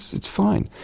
it's fine.